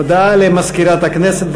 הודעה למזכירת הכנסת.